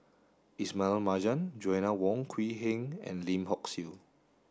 Ismail Marjan Joanna Wong Quee Heng and Lim Hock Siew